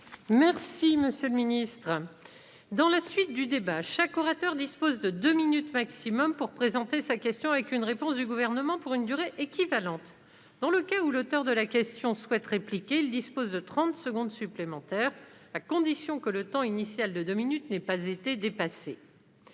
débat interactif. Je rappelle que chaque orateur dispose de deux minutes au maximum pour présenter sa question, avec une réponse du Gouvernement pour une durée équivalente. Dans le cas où l'auteur de la question souhaite répliquer, il dispose de trente secondes supplémentaires, à la condition que le temps initial de deux minutes n'ait pas été dépassé.